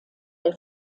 der